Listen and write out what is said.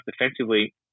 defensively